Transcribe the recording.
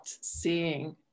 seeing